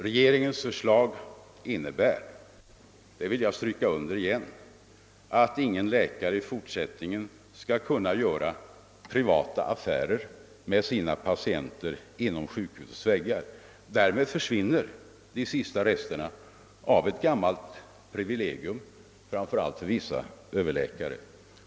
Regeringens förslag innebär — det vill jag återigen stryka under — att ingen läkare i fortsättningen skall kunna göra privata affärer med sina patienter inom sjukhusets väggar. Därmed försvinner de sista resterna av ett gammalt privilegium, framför allt för vissa överläkare.